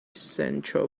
sancho